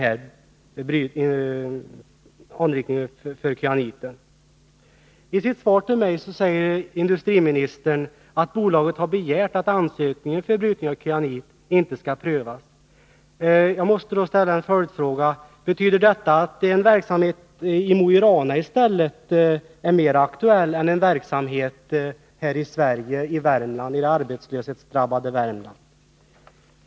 23 november 1982 I sitt svar till mig säger industriministern att bolaget har begärt att ansökningen om brytning av kyanit inte skall prövas. Jag måste då ställa en följdfråga: Betyder detta att en verksamhet i Mo i Rana är mer aktuell än en verksamhet här i Sverige, i det arbetslöshetsdrabbade Värmland?